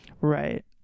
Right